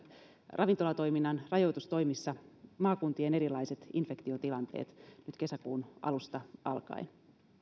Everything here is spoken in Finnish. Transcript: ravintolatoiminnan rajoitustoimissa maakuntien erilaiset infektiotilanteet nyt kesäkuun alusta alkaen